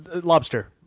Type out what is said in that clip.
Lobster